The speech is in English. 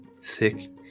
thick